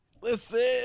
Listen